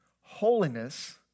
Holiness